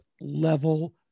level